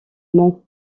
m’en